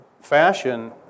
fashion